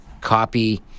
copy